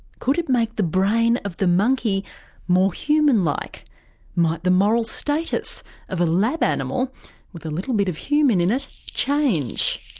could it make the brain of the monkey more human-like? like might the moral status of a lab animal with a little bit of human in it change?